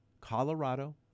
Colorado